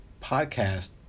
podcast